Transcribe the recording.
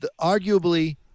Arguably—